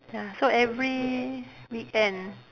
ya so every weekend